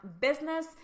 business